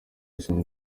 usanga